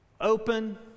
open